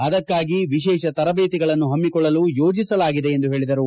ಅದಕ್ಕಾಗಿ ವಿಶೇಷ ತರಬೇತಿಗಳನ್ನು ಪಮ್ಮಕೊಳ್ಳಲು ಯೋಜಿಸಲಾಗಿದೆ ಎಂದು ಹೇಳಿದರು